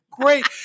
great